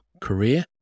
career